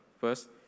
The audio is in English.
First